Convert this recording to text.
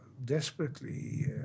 desperately